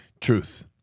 truth